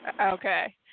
Okay